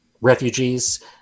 refugees